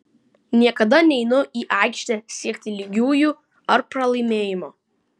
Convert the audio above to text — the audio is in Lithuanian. niekada neinu į aikštę siekti lygiųjų ar pralaimėjimo